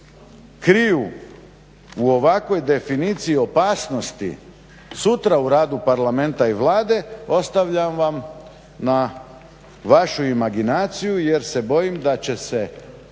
kriju u ovakvoj definiciji opasnosti sutra u radu Parlamenta i Vlade ostavljam vam na vašu imaginaciju jer se bojim da će se